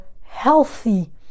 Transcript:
healthy